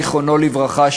זכרו לברכה,